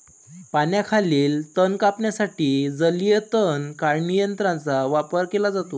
पाण्याखालील तण कापण्यासाठी जलीय तण काढणी यंत्राचा वापर केला जातो